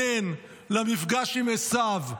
מתכונן למפגש עם עשו,